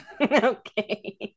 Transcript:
Okay